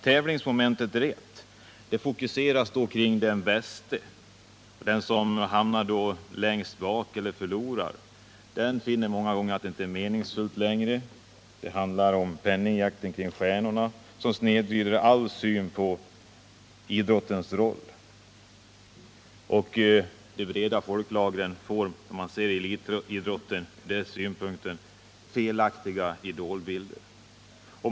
Tävlingsmomentet är ett sådant. Intresset fokuseras då kring den bäste, och den som hamnat längst bak eller som förlorat finner många gånger att det inte är meningsfullt att vara med längre. Det handlar om penningjakten kring idrottstjärnorna, som snedvrider allas syn på idrottens roll, och de breda folklagren får felaktiga idolbilder.